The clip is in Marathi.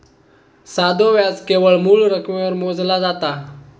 साधो व्याज केवळ मूळ रकमेवर मोजला जाता